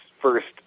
first